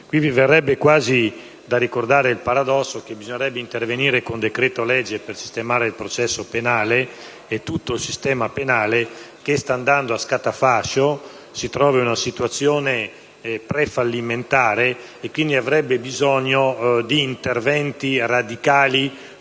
questa sede quasi da ricordare il paradosso secondo cui bisognerebbe intervenire con decreto-legge per sistemare il processo penale e tutto il sistema penale che sta andando a scatafascio. La situazione è vicina al fallimento, per cui avrebbe bisogno di interventi radicali